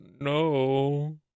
no